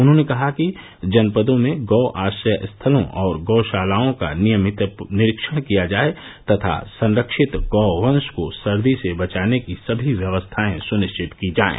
उन्होंने कहा कि जनपदों में गौ आश्रय स्थलों और गौशालाओं का नियमित निरीक्षण किया जाये तथा संरक्षित गौवंश को सर्दी से बचाने की सभी व्यवस्थाएं सुनिश्चित की जायें